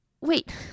wait